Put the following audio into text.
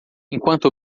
enquanto